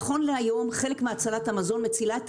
נכון להיום חלק מהצלת המזון מצילה את